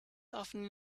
often